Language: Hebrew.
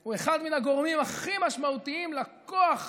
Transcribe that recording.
הוא אחד מן הגורמים הכי משמעותיים לכוח